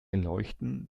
leuchten